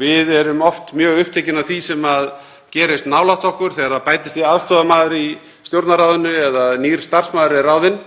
Við erum oft mjög upptekin af því sem gerist nálægt okkur, þegar það bætist við aðstoðarmaður í Stjórnarráðinu eða nýr starfsmaður er ráðinn,